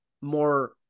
more